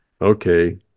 okay